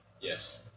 Yes